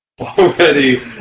already